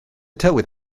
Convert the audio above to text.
tywydd